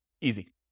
Easy